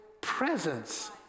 presence